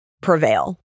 prevail